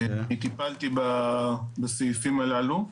אני טיפלתי בסעיפים הללו.